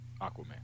Aquaman